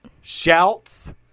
Shouts